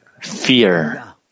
fear